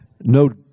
No